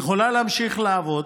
היא יכולה להמשיך לעבוד,